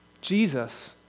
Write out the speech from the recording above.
Jesus